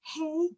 Hey